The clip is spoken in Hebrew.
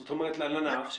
זאת אומרת לענף,